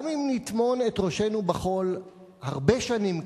גם אם נטמון את ראשינו בחול הרבה שנים קדימה,